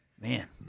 Man